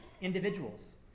individuals